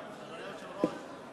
אדוני היושב-ראש,